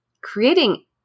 Creating